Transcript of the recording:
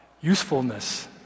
usefulness